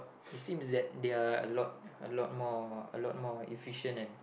it seems that they're a lot a lot more a lot more efficient and